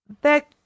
that